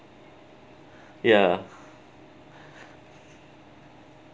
ya